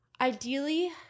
Ideally